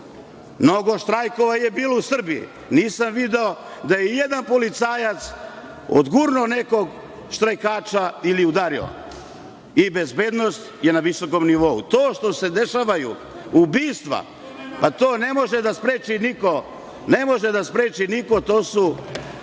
Mnogo štrajkova je bilo u Srbiji. Nisam video da je jedna policajac odgurnuo nekog štrajkača i udario. Bezbednost je na visokom nivou. To što se dešavaju ubistva, to ne može da spreči niko. To su